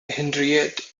henriette